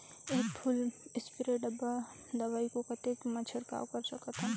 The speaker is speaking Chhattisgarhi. एक फुल स्प्रे डब्बा दवाई को कतेक म छिड़काव कर सकथन?